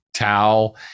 towel